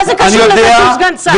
מה זה קשור לזה שהוא סגן שר?